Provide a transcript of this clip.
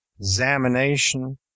examination